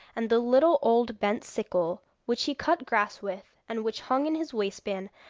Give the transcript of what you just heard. and the little old bent sickle, which he cut grass with, and which hung in his waistband,